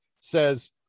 says